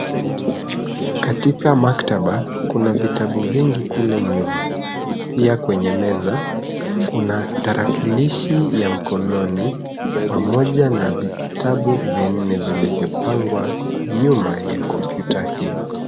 Katika maktaba, kuna vitabu vingi kule nyuma. Pia kwenye meza, kuna tarakilishi ya mkononi, pamoja na vitabu vinne vilivyopangwa nyuma ya kompyuta hiyo.